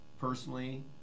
personally